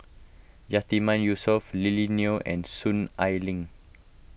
Yatiman Yusof Lily Neo and Soon Ai Ling